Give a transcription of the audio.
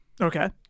Okay